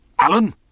Alan